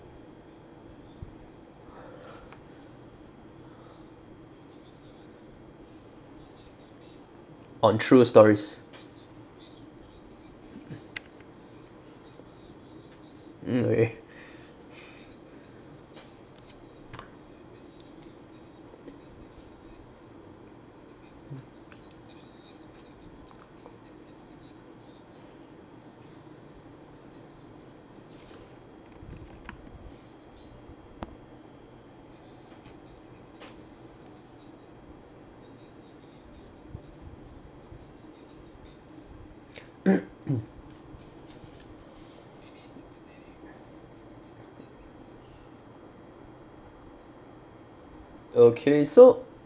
on true stories okay okay so